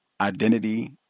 identity